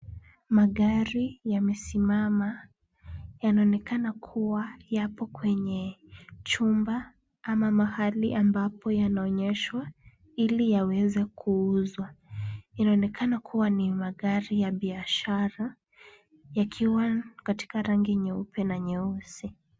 Magari yamesimama. Yanaonekana kuwa yapo kwenye chumba ama mahali ambapo yanaonyeshwa ili yaweze kuuzwa. Inaonekana kuwa ni magari ya biashara yakiwa katika rangi nyeupe na nyeusi.